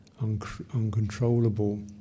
uncontrollable